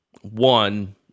one